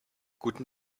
guten